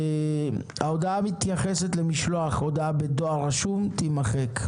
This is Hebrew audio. ההודעה מתייחסת למשלוח הודעה בדואר רשום תימחק.